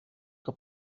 que